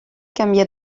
canvia